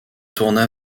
tourna